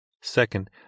Second